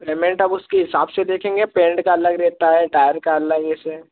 payment अब उसके हिसाब से देखेंगे पेन्ट का अलग रहता है टायर का अलग जैसे